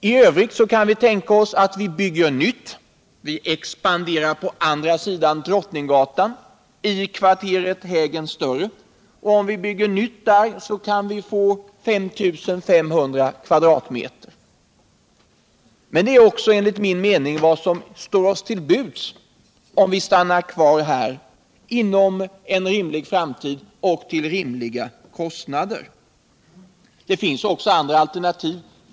I övrigt kan man tänka sig en nybyggnad på andra sidan Drottninggatan i kvarteret Hägern större. Om vi bygger nytt där kan vi få 5 500 m?. Men detta är också enligt min mening vad som finns, om vi stannar kvar här, inom en rimlig framtid och till rimliga kostnader. Det finns också andra alternativ.